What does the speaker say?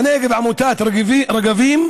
בנגב עמותת רגבים,